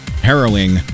harrowing